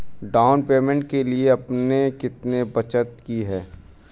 Down payment के लिए आपने कितनी बचत की है?